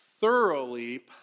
thoroughly